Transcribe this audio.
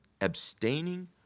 Abstaining